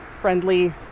friendly